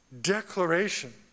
declaration